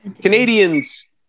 Canadians